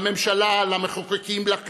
לממשלה, למחוקקים, לכם,